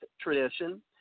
tradition